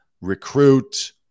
recruit